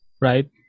right